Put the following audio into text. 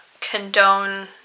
condone